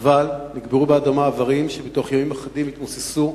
חבל, נקברו באדמה איברים שבתוך ימים יתמוססו,